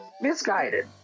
Misguided